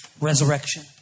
resurrection